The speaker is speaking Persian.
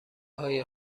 های